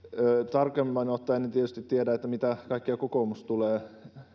tarkemmin ottaen en tietysti tiedä mitä kaikkea kokoomus tulee